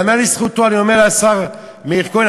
ייאמר לזכותו של השר מאיר כהן,